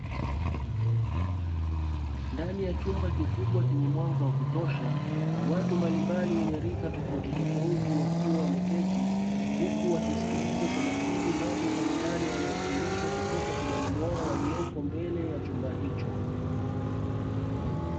Ndani ya chumba kikubwa chenye mwanga wa kutosha watu mbalimbali wenye rika tofauti tofauti wakiwa wameketi, huku wakisikiliza kwa makini mambo mbalimbali wanayofundishwa kutoka kwa mwalimu wao aliyepo mbele ya chumba hicho.